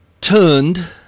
turned